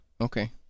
Okay